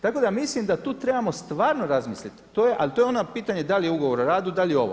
Tako da mislim da tu trebamo stvarno razmisliti ali to je ono pitanje da li je ugovor o radu, da li je ovo.